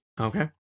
Okay